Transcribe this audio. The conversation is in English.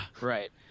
right